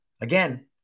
Again